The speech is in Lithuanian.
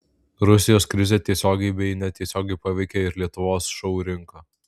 rusijos krizė tiesiogiai bei netiesiogiai paveikė ir lietuvos šou rinką